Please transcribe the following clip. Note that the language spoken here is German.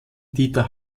dieter